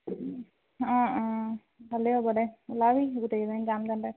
অঁ অঁ ভালেই হ'ব দে ওলাবি গোটেইকেইজনী যাম তেন্তে